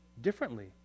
differently